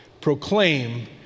proclaim